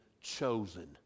chosen